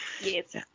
Yes